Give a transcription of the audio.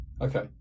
Okay